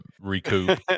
recoup